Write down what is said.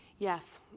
Yes